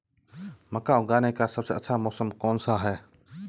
मक्का उगाने का सबसे अच्छा मौसम कौनसा है?